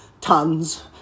tons